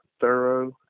thorough